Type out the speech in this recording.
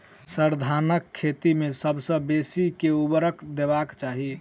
sir, धानक खेत मे सबसँ बेसी केँ ऊर्वरक देबाक चाहि